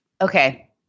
Okay